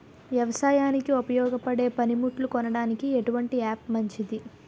వ్యవసాయానికి ఉపయోగపడే పనిముట్లు కొనడానికి ఎటువంటి యాప్ మంచిది?